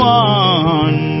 one